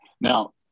Now